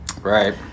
Right